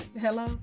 Hello